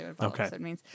okay